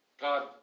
God